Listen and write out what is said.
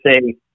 say